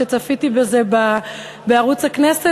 כשצפיתי בזה בערוץ הכנסת,